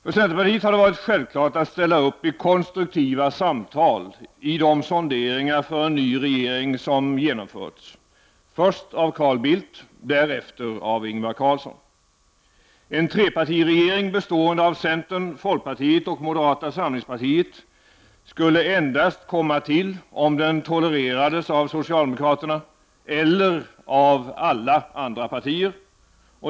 För centerpartiet har det varit självklart att ställa upp i konstruktiva samtal vid de sonderingar för en ny regering som har genomförts, först av Carl Bildt, därefter av Ingvar Carlsson. En trepartiregering bestående av centern, folkpartiet och moderata samlingspartiet skulle endast komma till, om den tolererades av socialdemokraterna eller av alla andra partier.